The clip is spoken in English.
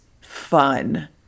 fun